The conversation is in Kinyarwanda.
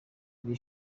iri